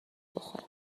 بخورم